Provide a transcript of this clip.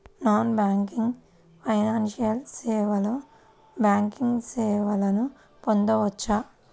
Non banking financial సేవలో banking సేవలను పొందవచ్చా?